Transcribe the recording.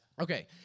okay